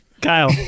Kyle